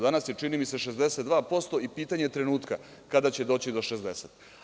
Danas je, čini mi se, 62% i pitanje je trenutka kada će doći do 60%